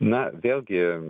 na vėlgi